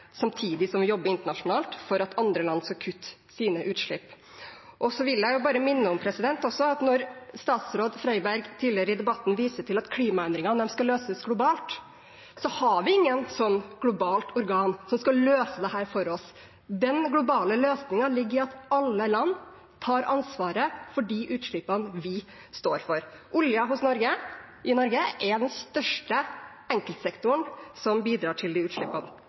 samtidig som vi jobber internasjonalt for at andre land skal kutte sine utslipp. Statsråd Freiberg viste tidligere i debatten til at klimaendringene skal løses globalt, og da vil jeg bare minne om at vi har ikke noe sånt globalt organ som skal løse dette for oss. Den globale løsningen ligger i at alle land tar ansvaret for de utslippene man står for. Oljen i Norge er den største enkeltsektoren som bidrar til de utslippene.